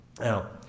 Now